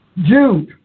Jude